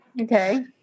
Okay